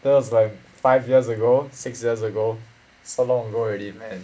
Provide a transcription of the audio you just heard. what was like five years ago six years ago so long ago already man